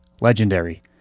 legendary